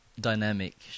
dynamic